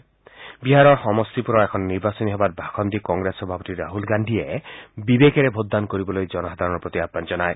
ইপিনে বিহাৰৰ সমষ্টিপুৰৰ এখন নিৰ্বাচনী সভাত ভাষণ দি কংগ্ৰেছ সভাপতি ৰাহুল গান্ধীয়ে বিবেকেৰে ভোটদান কৰিবলৈ জনসাধাৰণৰ প্ৰতি আহান জনায়